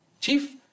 Chief